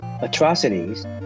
atrocities